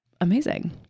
amazing